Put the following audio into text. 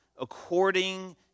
according